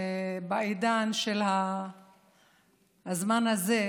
בעידן של הזמן הזה,